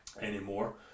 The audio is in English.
anymore